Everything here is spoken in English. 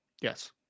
Yes